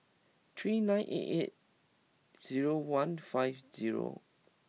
three nine eight eight zero one five zero